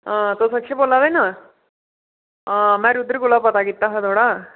हां तुस अक्षय बोला दे ना हां मैं रुद्र कोला पता कीता हा थुआढ़ा